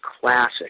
classic